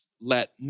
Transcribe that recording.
let